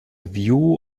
view